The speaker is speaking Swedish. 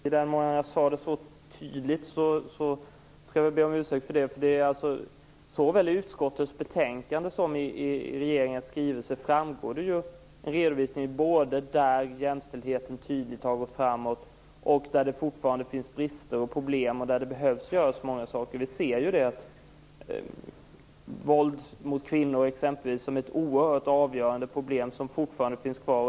Herr talman! Om jag sade det så där väldigt tydligt, skall jag be om ursäkt för det. Såväl i utskottets betänkande som i regeringens skrivelse framgår det både att jämställdheten tydligt har gått framåt och att det fortfarande finns brister och problem. Det behöver göras många saker. Vi ser det t.ex. när det gäller våld mot kvinnor. Det är ett oerhört avgörande problem som fortfarande finns kvar.